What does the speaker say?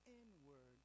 inward